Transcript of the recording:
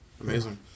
amazing